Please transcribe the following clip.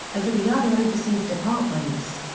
as are the other overseas departments.